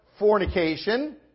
fornication